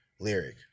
lyric